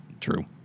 True